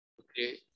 Okay